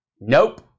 Nope